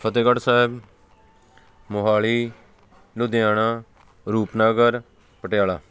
Fatehgarh Sahib Mohali Ludhiana Rupnagar Patiala